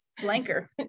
blanker